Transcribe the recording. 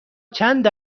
چند